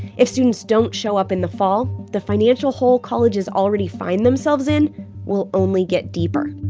if students don't show up in the fall, the financial hole colleges already find themselves in will only get deeper